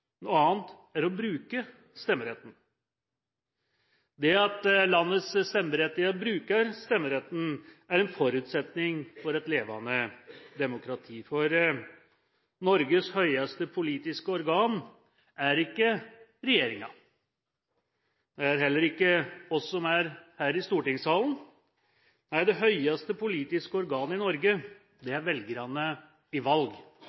noe annet er å bruke stemmeretten. Det at landets stemmeberettigede bruker stemmeretten er en forutsetning for et levende demokrati. Norges høyeste politiske organ er ikke regjeringen. Det er heller ikke vi som er her i stortingssalen. Nei, det høyeste politiske organ i Norge er velgerne i valg